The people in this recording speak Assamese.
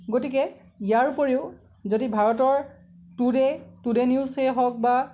গতিকে ইয়াৰ উপৰিও যদি ভাৰতৰ টুডে টুডে নিউজেই হওক বা